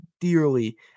dearly